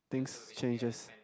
things changes